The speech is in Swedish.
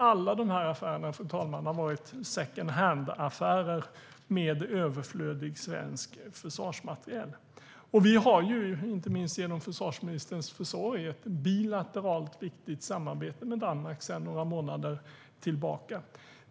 Alla de här affärerna, fru talman, har varit second hand-affärer med överflödig svensk försvarsmateriel. Vi har ju, inte minst genom försvarsministerns försorg, ett bilateralt och viktigt samarbete med Danmark sedan några månader tillbaka.